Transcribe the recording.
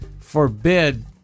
forbid